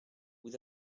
vous